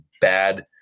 bad